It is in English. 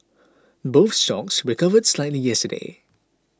both stocks recovered slightly yesterday